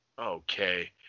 Okay